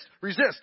resist